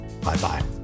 Bye-bye